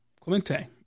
Clemente